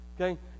okay